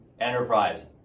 Enterprise